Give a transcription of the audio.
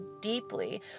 deeply